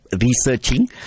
researching